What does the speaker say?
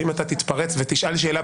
ואם אתה תתפרץ ותשאל שאלה,